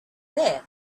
there